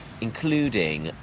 including